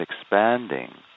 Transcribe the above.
expanding